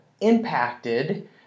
impacted